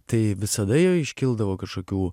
tai visada jo iškildavo kažkokių